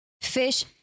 Fish